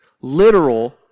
literal